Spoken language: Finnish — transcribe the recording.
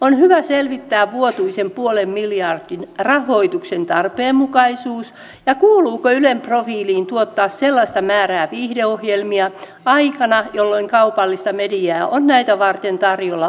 on hyvä selvittää vuotuisen puolen miljardin rahoituksen tarpeenmukaisuus ja se kuuluuko ylen profiiliin tuottaa sellaista määrää viihdeohjelmia aikana jolloin kaupallista mediaa on näitä varten tarjolla valtavat määrät